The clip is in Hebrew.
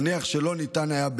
נניח שלא ניתן היה,